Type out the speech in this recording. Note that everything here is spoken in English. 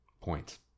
points